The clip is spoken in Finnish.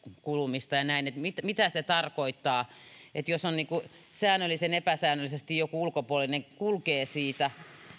kulumista ja näin mitä se tarkoittaa jos säännöllisen epäsäännöllisesti joku ulkopuolinen kulkee siitä